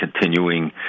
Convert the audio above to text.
continuing